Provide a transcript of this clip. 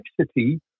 complexity